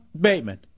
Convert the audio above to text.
Bateman